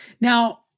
Now